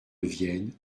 vienne